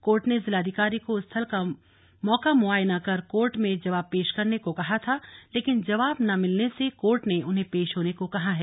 court ने जिलाधिकारी को स्थल का मौका मुआयना कर कोर्ट में जवाब पेश करने को कहा था लेकिन जवाब न मिलने से कोर्ट ने उन्हें पेश होने को कहा है